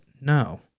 no